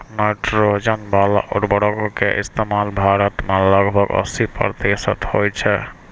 nitrogen बाला उर्वरको के इस्तेमाल भारत मे लगभग अस्सी प्रतिशत होय छै